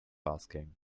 asking